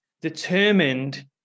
determined